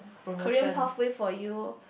career pathway for you